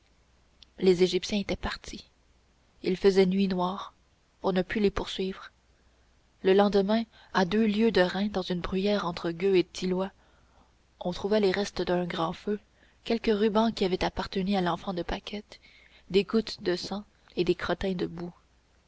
les égyptiens étaient partis il faisait nuit noire on ne put les poursuivre le lendemain à deux lieues de reims dans une bruyère entre gueux et tilloy on trouva les restes d'un grand feu quelques rubans qui avaient appartenu à l'enfant de paquette des gouttes de sang et des crottins